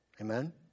Amen